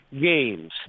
games